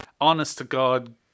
honest-to-God